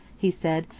he said,